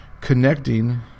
connecting